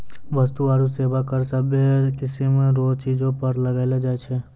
वस्तु आरू सेवा कर सभ्भे किसीम रो चीजो पर लगैलो जाय छै